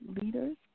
leaders